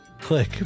click